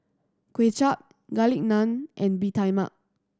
Kuay Chap Garlic Naan and Bee Tai Mak